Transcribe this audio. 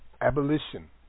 Abolition